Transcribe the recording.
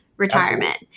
retirement